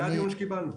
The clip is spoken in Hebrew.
זה הדיון שקיבלנו.